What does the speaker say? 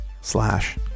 slash